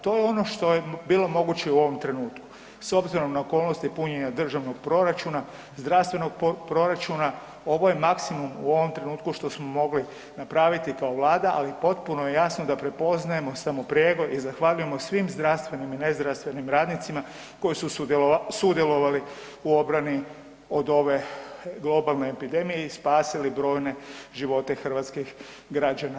To je ono što je bilo moguće u ovom trenutku s obzirom na okolnosti punjenja državnog proračuna, zdravstvenog proračuna, ovo je maksimum u ovom trenutku što smo mogli napraviti kao Vlada ali potpuno je jasno da prepoznajemo ... i zahvaljujemo svim zdravstvenim i nezdravstvenim radnicima koji su sudjelovali u obrani od ove globalne epidemije i spasili brojne živote hrvatskih građana.